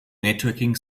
networking